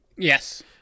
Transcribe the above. Yes